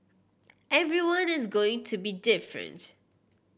everyone is going to be different